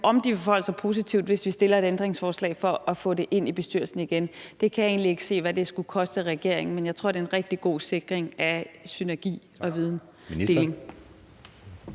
om de vil forholde sig positivt til det, hvis vi stiller et ændringsforslag for at få det ind i bestyrelsen igen. Jeg kan egentlig ikke se, hvad det skulle koste regeringen, men jeg tror, det er en rigtig god sikring af synergi og videndeling.